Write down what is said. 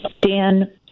dan